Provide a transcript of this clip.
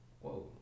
Whoa